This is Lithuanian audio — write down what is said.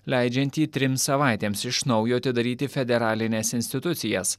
leidžiantį trims savaitėms iš naujo atidaryti federalines institucijas